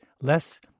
less